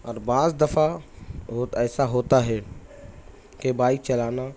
اور بعض دفعہ بہت ایسا ہوتا ہے کہ بائک چلانا